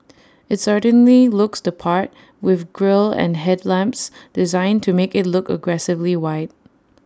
IT certainly looks the part with grille and headlamps designed to make IT look aggressively wide